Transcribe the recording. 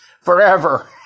forever